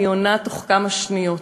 אני עונה בתוך כמה שניות.